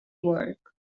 work